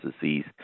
disease